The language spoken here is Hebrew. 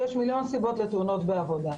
יש מיליון סיבות לתאונות בעבודה.